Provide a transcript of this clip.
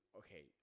okay